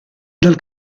dal